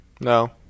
No